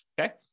okay